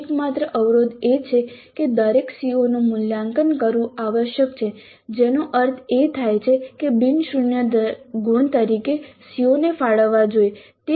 એકમાત્ર અવરોધ એ છે કે દરેક CO નું મૂલ્યાંકન કરવું આવશ્યક છે જેનો અર્થ એ થાય કે બિન શૂન્ય ગુણ દરેક CO ને ફાળવવા જોઈએ